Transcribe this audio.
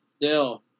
Dill